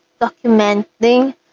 documenting